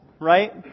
right